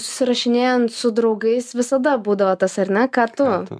susirašinėjant su draugais visada būdavo tas ar ne ką tu